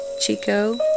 Chico